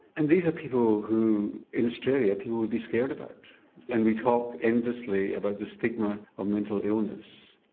and these are people who in australia people would be scared about and we talk endlessly about the stigma of mental illness.